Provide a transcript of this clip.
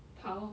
跑